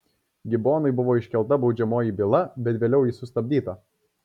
gibonui buvo iškelta baudžiamoji byla bet vėliau ji sustabdyta